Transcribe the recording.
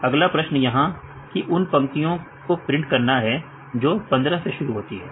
अगला प्रश्न यहां की उन पंक्तियों को प्रिंट कराना है जो 15 से शुरू होती हैं